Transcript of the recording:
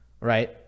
right